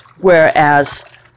whereas